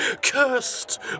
Cursed